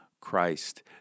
Christ